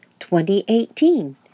2018